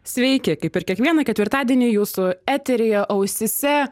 sveiki kaip ir kiekvieną ketvirtadienį jūsų eteryje ausyse